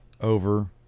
over